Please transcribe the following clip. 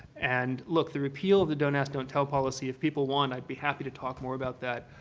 and look, the repeal of the don't ask, don't tell policy, if people want, i'd be happy to talk more about that.